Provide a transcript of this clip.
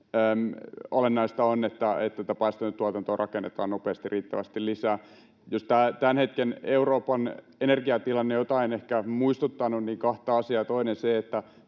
Olennaista on, että tätä päästötöntä tuotantoa rakennetaan nopeasti, riittävästi lisää. Jos tämän hetken Euroopan energiatilanne jotain on muistuttanut, niin kahta asiaa: Toinen on se, että